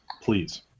please